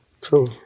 True